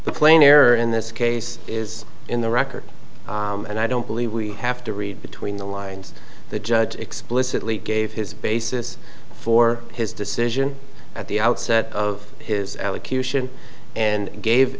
case plain error in this case is in the record and i don't believe we have to read between the lines the judge explicitly gave his basis for his decision at the outset of his allocution and gave